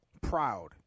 proud